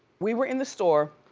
we were in the store.